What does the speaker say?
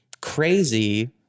crazy